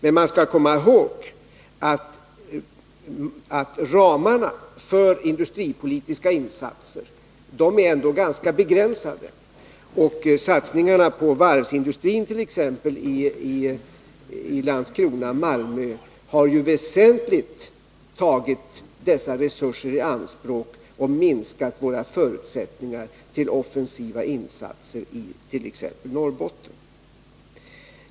Men man skall komma ihåg att ramarna för industripolitiska insatser är ganska begränsade, och satsningarna på t.ex. varvsindustrin i Landskrona och Malmö har väsentligt tagit dessa resurser i anspråk och minskat våra förutsättningar för offensiva insatser it.ex. Norrbotten.